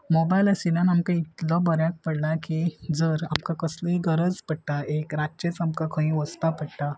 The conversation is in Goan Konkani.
मोबायल आसिल्यान आमकां इतलो बऱ्याक पडला की जर आमकां कसलीय गरज पडटा एक रातचे आमकां खंय वचपाक पडटा